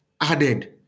added